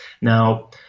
Now